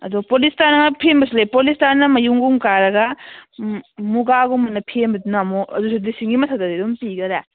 ꯑꯗꯨ ꯄꯣꯂꯤꯁꯇꯔꯅꯒ ꯐꯦꯟꯕꯁꯨ ꯂꯩ ꯄꯣꯂꯤꯁꯇꯔꯅ ꯃꯌꯨꯡꯒꯨꯝ ꯀꯥꯔꯒ ꯃꯨꯒꯥꯒꯨꯝꯕꯅ ꯐꯦꯟꯕꯁꯤꯅ ꯑꯃꯨꯛ ꯑꯗꯨꯁꯨ ꯂꯤꯁꯤꯡꯒꯤ ꯃꯊꯛꯇꯗꯤ ꯑꯗꯨꯝ ꯄꯤꯈꯔꯦ